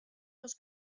los